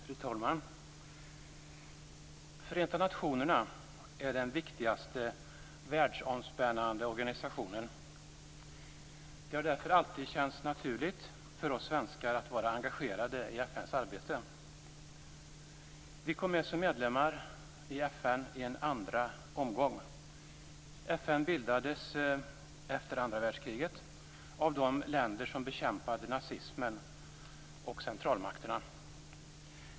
Fru talman! Förenta nationerna är den viktigaste världsomspännande organisationen. Det har därför alltid känts naturligt för oss svenskar att vara engagerade i FN:s arbete. Sverige kom med som medlem i FN i en andra omgång. FN bildades efter andra världskriget av de länder som bekämpade nazismen och centralmakterna.